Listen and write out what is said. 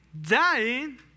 dying